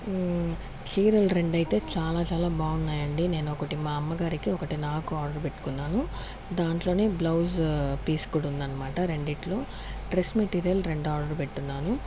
చీరలు రెండు అయితే చాలా చాలా బాగున్నాయండి నేను ఒకటి మా అమ్మగారికి ఒకటి నాకు ఆర్డర్ పెట్టుకున్నాను దాంట్లోనే బ్లజ్ పీస్ కూడా ఉందన్నమాట రెండిట్లో డ్రెస్ మెటీరియల్ రెండు ఆర్డర్ పెట్టి ఉన్నాను